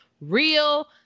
real